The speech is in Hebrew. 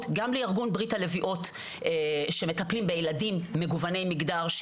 גם לארגון ברית הלביאות שמטפלים בילדים מגווני מגדר,